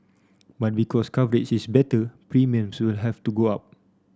but because coverage is better premiums will have to go up